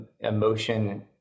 emotion